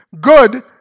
good